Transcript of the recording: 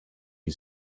die